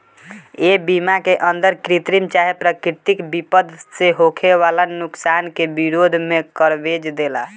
ए बीमा के अंदर कृत्रिम चाहे प्राकृतिक विपद से होखे वाला नुकसान के विरोध में कवरेज देला